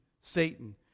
satan